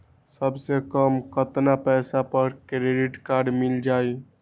सबसे कम कतना पैसा पर क्रेडिट काड मिल जाई?